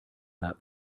that